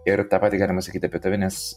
ir tą patį galima sakyti apie tave nes